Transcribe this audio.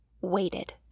waited